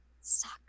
Suck